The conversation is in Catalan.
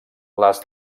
les